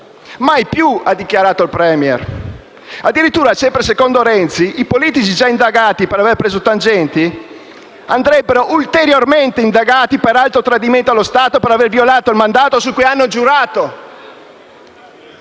il dichiarato il *Premier*. Addirittura, sempre secondo Renzi, i politici già indagati per aver preso tangenti andrebbero ulteriormente indagati per alto tradimento allo Stato per aver violato il mandato su cui hanno giurato.